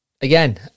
Again